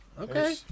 Okay